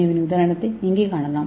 ஏவின் உதாரணத்தை இங்கே காணலாம்